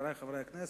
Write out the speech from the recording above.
חברי חברי הכנסת,